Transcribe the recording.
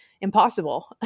impossible